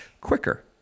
quicker